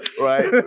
Right